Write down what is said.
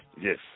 Yes